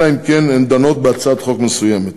אלא אם כן הן דנות בהצעת חוק מסוימת.